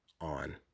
on